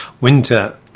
winter